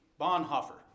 Bonhoeffer